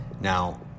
Now